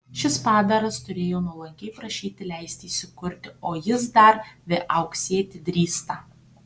šis padaras turėjo nuolankiai prašyti leisti įsikurti o jis dar viauksėti drįsta